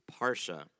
Parsha